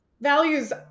values